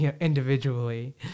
individually